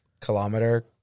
kilometer